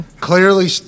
Clearly